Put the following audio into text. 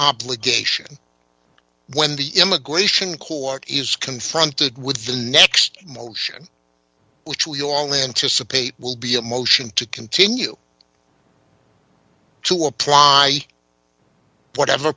obligation when the immigration court is confronted with the next motion which you all anticipate will be a motion to continue to apply whatever